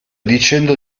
dicendo